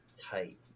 tight